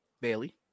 Bailey